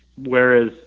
whereas